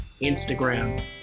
Instagram